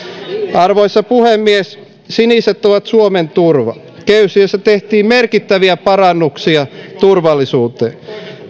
arvoisa puhemies siniset ovat suomen turva kehysriihessä tehtiin merkittäviä parannuksia turvallisuuteen